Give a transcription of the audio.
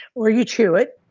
or you chew it,